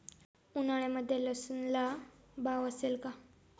उन्हाळ्यामध्ये लसूणला भाव असेल का?